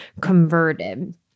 converted